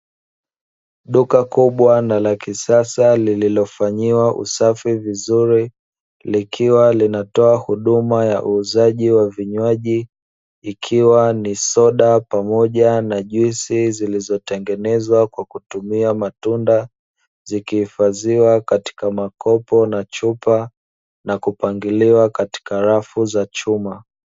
Duka kubwa na la kisasa lililofanyiwa usafi vizuri, likiwa linatoa huduma ya uuzaji wa vinywaji, ikiwa ni soda pamoja na juisi zilizotengenezwa kwa kutumia matunda, zikihifadhiwa katika makopo na chupa na kupangiliwa katika rafu za chuma.